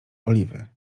oliwy